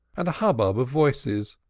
and a hubbub of voices